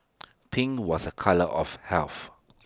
pink was A colour of health